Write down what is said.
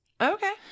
Okay